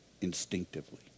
instinctively